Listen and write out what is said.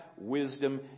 wisdom